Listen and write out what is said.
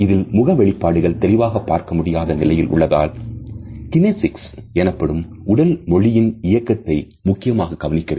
இதில் முக வெளிப்பாடுகள் தெளிவாக பார்க்க முடியாத நிலையில் உள்ளதால் கினேசிக்ஸ் எனப்படும் உடல் மொழியின் இயக்கத்தை முக்கியமாக கவனிக்க வேண்டும்